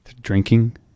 drinking